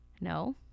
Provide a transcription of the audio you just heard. No